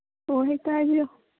ꯑꯣ ꯍꯦꯛꯇ ꯍꯥꯏꯕꯤꯌꯨ